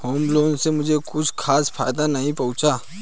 home loan से मुझे कुछ खास फायदा नहीं पहुंचा